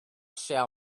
shall